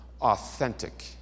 Authentic